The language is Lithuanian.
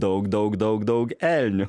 daug daug daug daug elnių